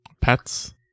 pets